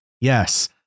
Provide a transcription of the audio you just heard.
Yes